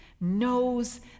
knows